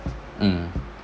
mm